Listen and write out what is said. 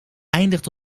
eindigt